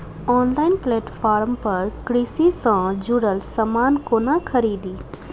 Online platform पर कृषि सँ जुड़ल समान कोना खरीदी?